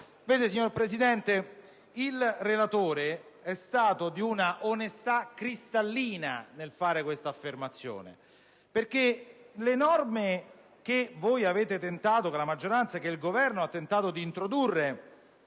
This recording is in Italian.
il relatore è stato di una onestà cristallina nel fare questa affermazione, perché le norme che la maggioranza e il Governo hanno tentato di introdurre